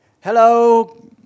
Hello